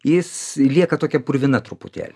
jis lieka tokia purvina truputėlį